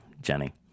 Jenny